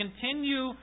continue